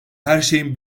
herşeyin